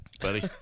buddy